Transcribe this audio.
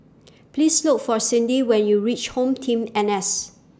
Please Look For Cindy when YOU REACH HomeTeam N S